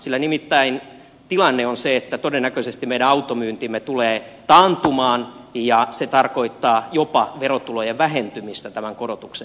sillä nimittäin tilanne on se että todennäköisesti meidän automyyntimme tulee taantumaan ja se tarkoittaa jopa verotulojen vähentymistä tämän korotuksen jälkeen